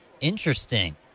Interesting